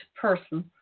person